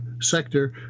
sector